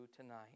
tonight